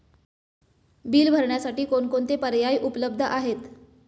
Bill भरण्यासाठी कोणकोणते पर्याय उपलब्ध आहेत?